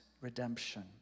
redemption